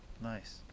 Nice